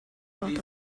thought